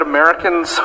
Americans